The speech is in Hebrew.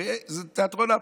הרי זה תיאטרון אבסורד.